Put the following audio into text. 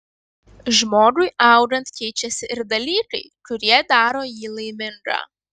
žmogui augant keičiasi ir dalykai kurie daro jį laimingą